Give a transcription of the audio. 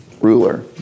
ruler